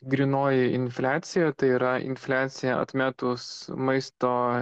grynoji infliacija tai yra infliacija atmetus maisto